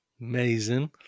amazing